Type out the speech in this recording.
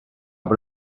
bod